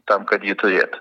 tam kad jį turėt